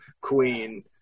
queen